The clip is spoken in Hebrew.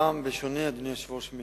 אדוני היושב-ראש,